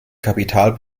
kapital